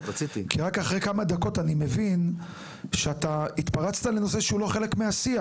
כי רק אחרי כמה דקות אני מבין שאתה התפרצת לנושא שהוא לא חלק מהשיח.